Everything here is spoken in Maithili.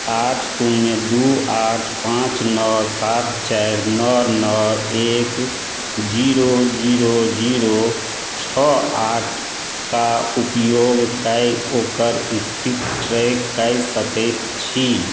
आठ शून्य दुइ आठ पाँच नओ सात चारि नओ नओ एक जीरो जीरो जीरो छओ आठके उपयोग कै ओकर इस्थिति ट्रैक कै सकै छी